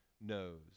knows